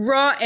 Raw